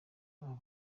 abona